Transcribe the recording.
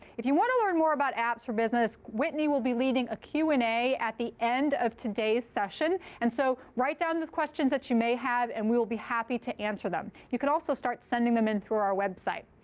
if you want to learn more about apps for business, whitney will be leading a q and a at the end of today's session. and so write down the questions that you may have. and we'll be happy to answer them. you can also start sending them in through our website.